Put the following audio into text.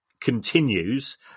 continues